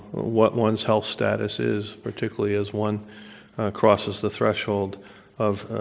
what one's health status is, particularly as one crosses the threshold of